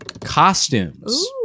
Costumes